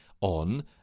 on